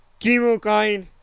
chemokine